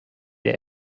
der